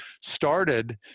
started